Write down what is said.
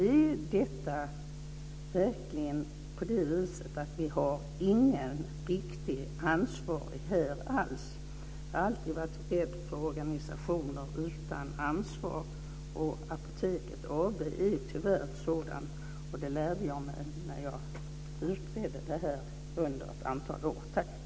Är det verkligen på det viset att vi inte har någon riktigt ansvarig alls här? Jag har alltid varit rädd för organisationer utan ansvar, och Apoteket AB är tyvärr en sådan. Det lärde jag mig när jag utredde det här under ett antal år.